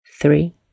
three